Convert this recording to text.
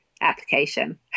application